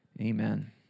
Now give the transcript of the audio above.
Amen